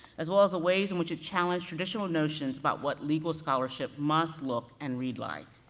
as well as the ways in which it challenged traditional notions about what legal scholarship must look and read like.